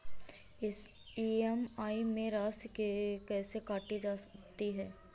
EMI में राशि कैसे काटी जाती है?